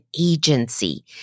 agency